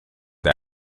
that